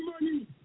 money